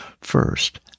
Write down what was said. First